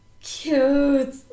Cute